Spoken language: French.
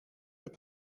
veux